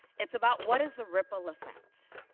it's about what is the ripple effects?